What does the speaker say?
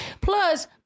Plus